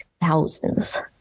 thousands